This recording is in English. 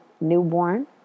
newborn